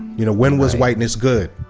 you know, when was whiteness good?